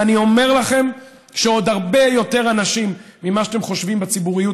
ואני אומר לכם שעוד הרבה יותר אנשים ממה שאתם חושבים בציבוריות